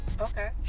Okay